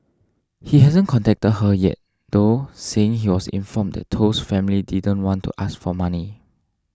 he hasn't contacted her yet though saying he was informed that Toh's family didn't want to ask for money